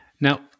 now